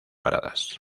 paradas